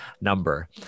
number